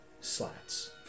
slats